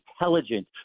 intelligent